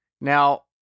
now